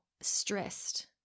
stressed